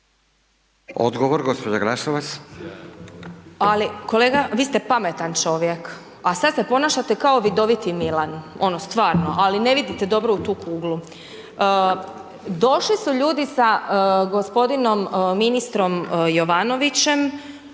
**Glasovac, Sabina (SDP)** Ali kolega vi ste pametan čovjek a sada se ponašate kao vidoviti Milan, ono stvarno, ali ne vidite dobro u tu kuglu. Došli su ljudi sa gospodinom ministrom Jovanovićem